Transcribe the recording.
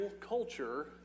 culture